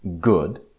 good